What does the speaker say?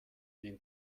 den